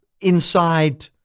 inside